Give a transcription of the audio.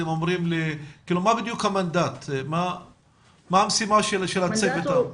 מה המשימה של הצוות?